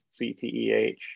CTEH